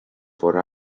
for